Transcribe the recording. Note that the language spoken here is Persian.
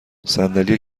صندلی